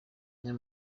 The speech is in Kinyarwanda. niyo